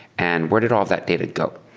and where did all that data go?